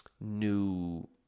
new